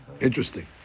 Interesting